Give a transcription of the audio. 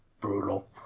brutal